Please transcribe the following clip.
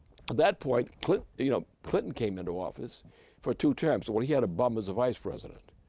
that point, clinton you know clinton came into office for two terms, but he had a bum as a vice president,